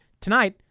Tonight